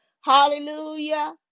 Hallelujah